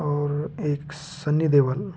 और एक सन्नी देओल